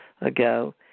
ago